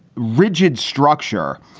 rigid structure,